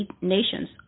nations